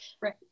Right